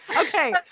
Okay